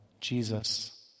Jesus